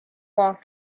off